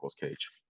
cage